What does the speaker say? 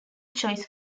choice